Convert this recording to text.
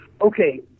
okay